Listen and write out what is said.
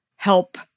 help